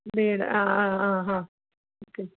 വീട് ആ ആ ഹാ ഹാ